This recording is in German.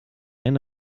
eine